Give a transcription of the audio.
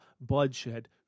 bloodshed